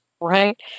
Right